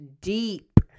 deep